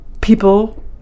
People